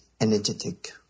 energetic